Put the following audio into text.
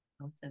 Awesome